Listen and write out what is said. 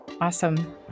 Awesome